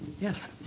Yes